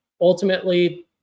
Ultimately